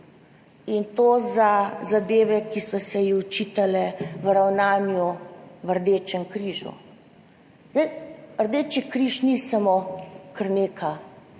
in to za zadeve, ki so se ji očitale v ravnanju na Rdečem križu. Rdeči križ ni samo neko